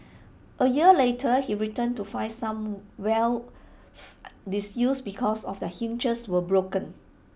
A year later he returned to find some wells disused because their hinges were broken